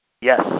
Yes